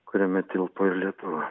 kuriame tilpo ir lietuva